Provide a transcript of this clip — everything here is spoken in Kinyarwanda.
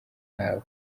nkawe